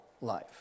life